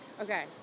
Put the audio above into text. Okay